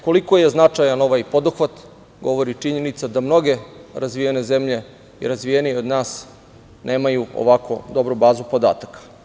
Koliko je značajan ovaj poduhvat govori i činjenica da mnoge razvijene zemlje, i razvijenije od nas, nemaju ovako dobru bazu podataka.